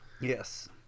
Yes